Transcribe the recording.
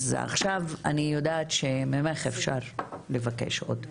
אז עכשיו אני יודעת שממך אפשר לבקש עוד.